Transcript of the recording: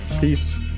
Peace